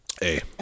Hey